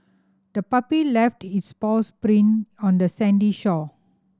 the puppy left its paws print on the sandy shore